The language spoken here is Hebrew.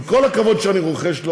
עם כל הכבוד שאני רוחש לו,